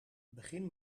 begin